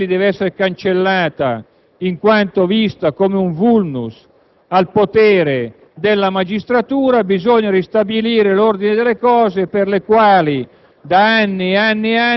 La riforma Castelli deve essere cancellata in quanto vista come un *vulnus* al potere della magistratura. Bisogna ristabilire l'ordine delle cose per le quali